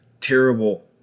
terrible